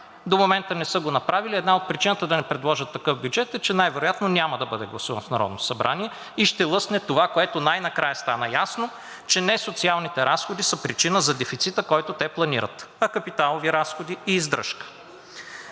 До момента не са го направили. Една от причините да не предложат такъв бюджет е, че най-вероятно няма да бъде гласуван в Народното събрание и ще лъсне това, което най-накрая стана ясно, че не социалните разходи са причина за дефицита, който те планират, а капиталови разходи и издръжка.